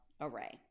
array